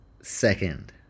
second